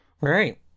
Right